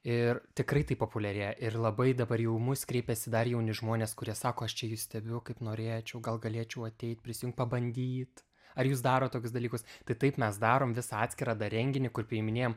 ir tikrai tai populiarėja ir labai dabar jau į mus kreipiasi dar jauni žmonės kurie sako aš čia jus stebiu kaip norėčiau gal galėčiau ateit prisijungt pabandyt ar jūs darot tokius dalykus tai taip mes darom visą atskirą dar renginį kur priiminėjam